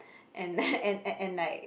and then and like